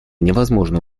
невозможно